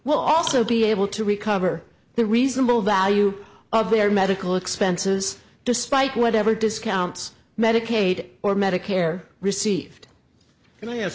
well also be able to recover the reasonable value of their medical expenses despite whatever discounts medicaid or medicare received and i ask